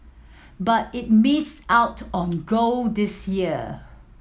but it missed out on gold this year